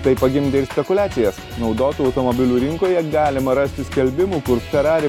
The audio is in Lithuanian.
tai pagimdė ir spekuliacijas naudotų automobilių rinkoje galima rasti skelbimų kur ferrari